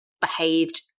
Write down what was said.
behaved